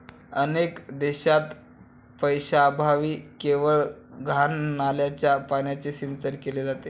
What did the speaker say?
अनेक देशांत पैशाअभावी केवळ घाण नाल्याच्या पाण्याने सिंचन केले जाते